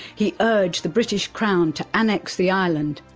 he urged the british crown to annex the island,